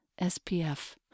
SPF